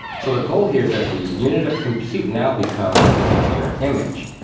so the goal here is that the unit of compute now becomes the container image.